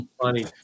funny